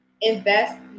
invest